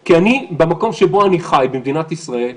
כי במקום שבו אני חי, במדינת ישראל,